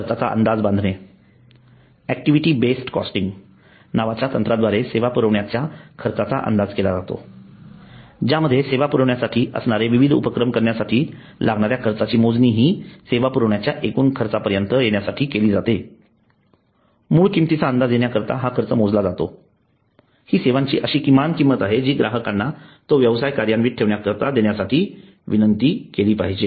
खर्चाचा अंदाज बांधणे ऍक्टिव्हिटी बेस्ड कॉस्टिंग एबीसी नावाच्या तंत्राद्वारे सेवा पुरवण्याच्या खर्चाचा अंदाज केला जातो ज्यामध्ये सेवा पुरवण्यासाठी असणारे विविध उपक्रम करण्यासाठी लागणाऱ्या खर्चाची मोजणी हि सेवा पुरवण्याच्या एकूण खर्चापर्यंत येण्यासाठी केली जाते मूळ किंमतीचा अंदाज येण्याकरिता हा खर्च मोजला जातो ही सेवांची अशी किमान किंमत आहे जी ग्राहकांना तो व्यवसाय कार्यान्वित ठेवण्याकरिता देण्यासाठी विनंती केली पाहिजे